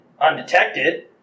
undetected